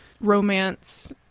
romance